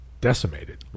decimated